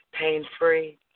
pain-free